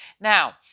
now